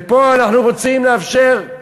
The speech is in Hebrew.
ופה אנחנו רוצים לאפשר,